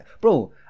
Bro